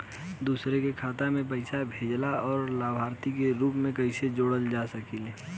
दूसरे के खाता में पइसा भेजेला और लभार्थी के रूप में कइसे जोड़ सकिले?